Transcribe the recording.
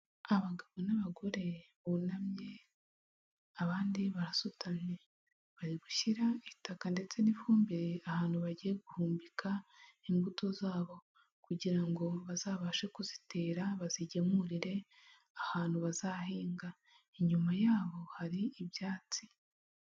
Abagabo n'abagore bunamye abandi barasutani, bari gushyira itaka ndetse n'ifumbire ahantu bagiye guhumbika imbuto zabo kugira ngo bazabashe kuzitera bazigemurire ahantu bazahinga, inyuma yabo hari ibyatsi.